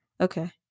Okay